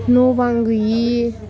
न' बां गैयि